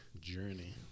journey